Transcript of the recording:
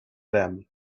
them